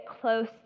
close